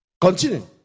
Continue